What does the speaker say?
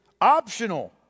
optional